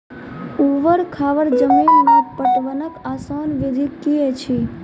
ऊवर खाबड़ जमीन मे पटवनक आसान विधि की ऐछि?